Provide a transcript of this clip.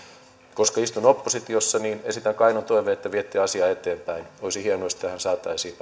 koska istun oppositiossa esitän kainon toiveen että viette asiaa eteenpäin olisi hienoa jos tähän saataisiin